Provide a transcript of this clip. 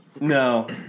No